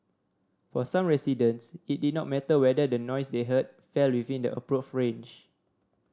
for some residents it did not matter whether the noise they heard fell within the approved range